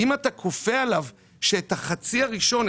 אם אתה כופה עליו שאת החצי הראשון,